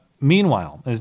Meanwhile